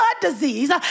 disease